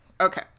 Okay